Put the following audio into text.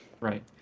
right